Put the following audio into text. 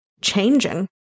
changing